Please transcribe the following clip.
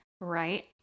Right